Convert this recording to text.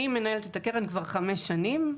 אני מנהלת את הקרן כבר חמש שנים,